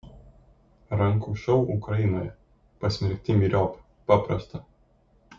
rankų šou ukrainoje pasmerkti myriop paprasta